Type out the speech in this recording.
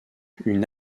une